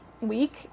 week